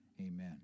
Amen